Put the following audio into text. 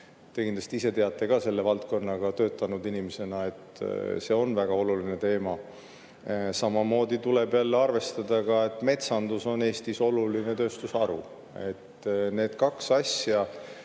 Te kindlasti teate ka selles valdkonnas töötanud inimesena, et see on väga oluline teema. Samamoodi tuleb jälle arvestada, et metsandus on Eestis oluline tööstusharu. Need kaks asja,